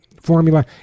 formula